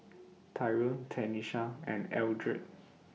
Tyrone Tenisha and Eldred